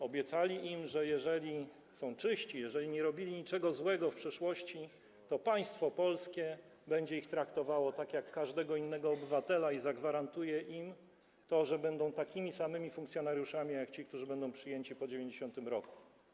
Obiecali im, że jeżeli są czyści, jeżeli nie robili niczego złego w przeszłości, to państwo polskie będzie ich traktowało tak jak każdego innego obywatela i zagwarantuje im to, że będą takimi samymi funkcjonariuszami jak ci, którzy będą przyjęci po 1990 r.